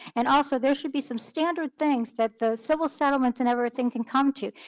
and also, there should be some standard things that the civil settlement and everything can come to,